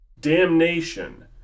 damnation